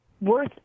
worth